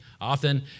Often